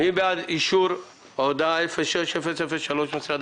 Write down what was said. מי בעד אישור הודעה 06-003 של משרד